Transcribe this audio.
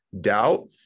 doubt